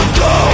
go